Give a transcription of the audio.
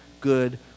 good